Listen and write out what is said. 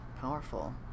powerful